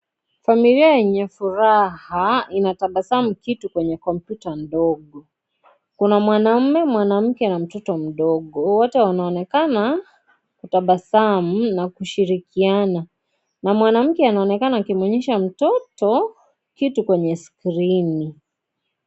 Familia yenye furaha inatabasamu kitu kwenye kompyuta ndogo, kuna mwanaume , mwanamke na mtoto mdogo. Wote wanaonekana kutabasamu na kushirikiana na mwanamke anaonekana akimwonyesha mtoto kitu kwenye skrini.